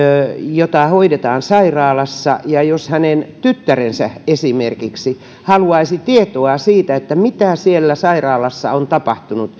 jota hoidetaan sairaalassa ja esimerkiksi hänen tyttärensä haluaisi tietoa siitä mitä siellä sairaalassa on tapahtunut